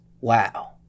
Wow